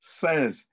says